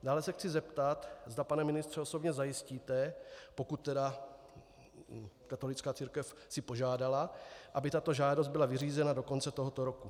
Dále se chci zeptat, zda, pane ministře, osobně zajistíte, pokud tedy katolická církev si požádala, aby tato žádost byla vyřízena do konce tohoto roku.